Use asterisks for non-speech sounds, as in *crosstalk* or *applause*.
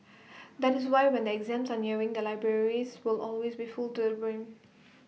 that is why when the exams are nearing the libraries will always be filled to the brim *noise*